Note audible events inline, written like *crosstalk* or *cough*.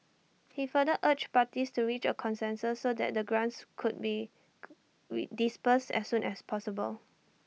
he further urged parties to reach A consensus so that the grants could be *noise* read disbursed as soon as possible